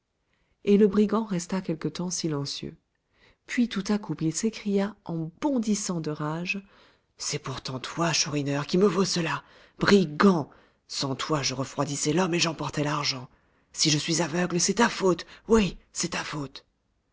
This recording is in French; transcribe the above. et le brigand resta quelque temps silencieux puis tout à coup il s'écria en bondissant de rage c'est pourtant toi chourineur qui me vaux cela brigand sans toi je refroidissais l'homme et j'emportais l'argent si je suis aveugle c'est ta faute oui c'est ta faute